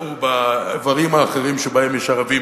ובעברים האחרים שבהם יש ערבים